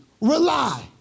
rely